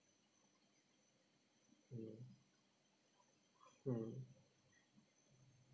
mm mm